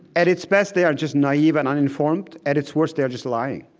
at its best, they are just naive and uninformed. at its worst, they are just lying.